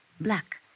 black